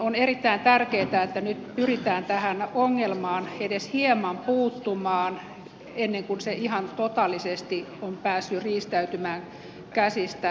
on erittäin tärkeätä että nyt pyritään tähän ongelmaan edes hieman puuttumaan ennen kuin se ihan totaalisesti on päässyt riistäytymään käsistä